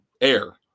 air